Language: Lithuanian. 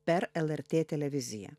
per lrt televiziją